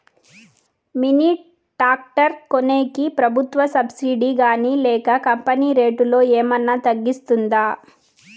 Mini tractor కొనేకి ప్రభుత్వ subsidy గాని లేక కంపెని రేటులో ఏమన్నా తగ్గిస్తుందా?